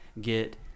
get